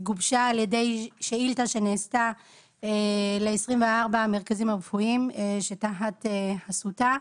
גובשה על ידי שאילתה שנעשתה ל-24 המרכזים הרפואיים שתחת חסותה.